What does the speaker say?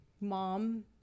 Mom